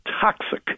toxic